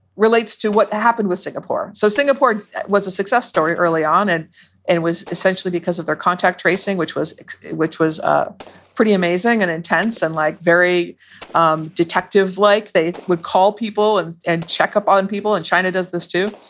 relates to what happened with singapore. so singapore was a success story early on. it and was essentially because of their contact tracing, which was which was ah pretty amazing and intense and like very um detective, like they would call people and and check up on people in china. does this, too.